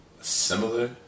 similar